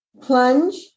plunge